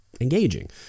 engaging